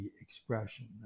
expression